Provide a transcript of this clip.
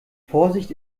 vorsicht